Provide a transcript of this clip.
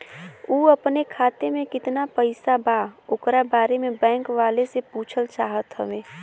उ अपने खाते में कितना पैसा बा ओकरा बारे में बैंक वालें से पुछल चाहत हवे?